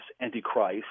antichrist